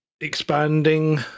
expanding